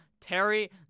Terry